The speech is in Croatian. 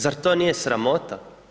Zar to nije sramota?